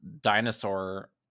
dinosaur